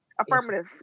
affirmative